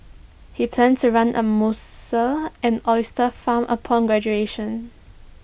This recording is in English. he planned to run A mussel and oyster farm upon graduation